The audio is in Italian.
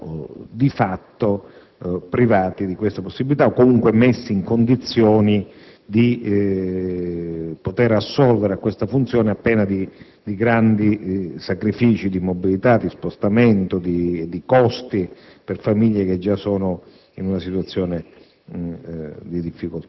i ragazzi vengano di fatto privati di questa possibilità o comunque messi in condizioni di poter assolvere a questa funzione a pena di grandi sacrifici di mobilità, di spostamento, di costi per famiglie che già sono in una situazione